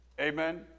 Amen